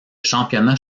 championnat